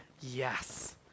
yes